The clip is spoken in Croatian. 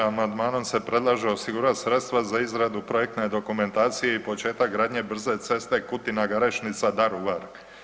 Amandmanom se predlaže osigurati sredstva za izradu projektne dokumentacije i početak gradnje brze ceste Kutina-Garešnica-Daruvar.